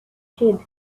kid